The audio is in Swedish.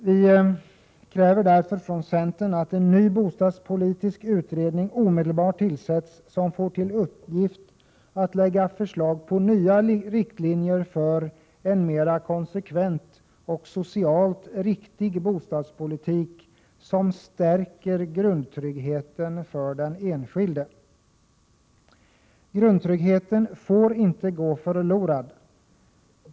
Vi i centern kräver därför att en ny bostadspolitisk utredning omedelbart tillsätts, som får till uppgift att lägga fram förslag till nya riktlinjer för en mer konsekvent och socialt riktig bostadspolitik, som stärker grundtryggheten för den enskilde. Grundtryggheten får inte gå förlorad.